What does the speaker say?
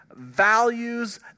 Values